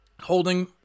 Holding